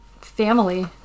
family